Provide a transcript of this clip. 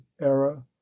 era